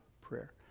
prayer